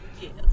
Yes